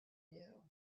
you